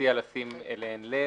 לשים אליהן לב.